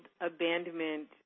abandonment